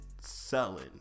selling